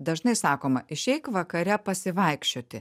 dažnai sakoma išeik vakare pasivaikščioti